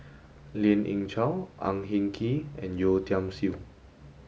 Lien Ying Chow Ang Hin Kee and Yeo Tiam Siew